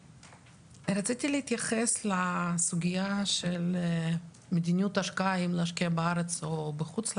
רציתי להתייחס לסוגיה של מדיניות השקעה אם נשקיע בארץ או בחוץ לארץ,